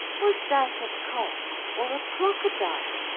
was that a cock or a crocodile?